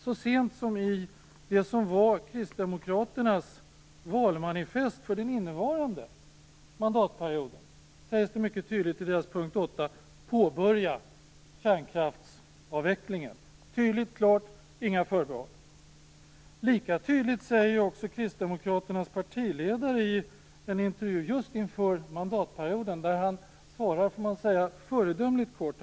Så sent som i det som var Kristdemokraternas valmanifest för den innevarande mandatperioden sägs det mycket tydligt i punkt 8: Påbörja kärnkraftsavvecklingen! Det är tydligt och klart. Det finns inga förbehåll. Lika tydligt är detta också i en intervju med Kristdemokraternas partiledare inför den här mandatperioden. Han svarar föredömligt kort.